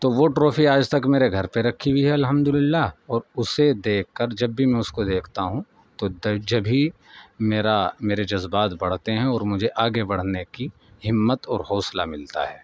تو وہ ٹرافی آج تک میرے گھر پہ رکھی ہوئی ہے الحمد للہ اور اسے دیکھ کر جب بھی میں اس کو دیکھتا ہوں تو جبھی میرا میرے جذبات بڑھتے ہیں اور مجھے آگے بڑھنے کی ہمت اور حوصلہ ملتا ہے